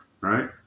Right